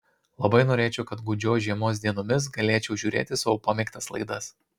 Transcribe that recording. labai norėčiau kad gūdžios žiemos dienomis galėčiau žiūrėti savo pamėgtas laidas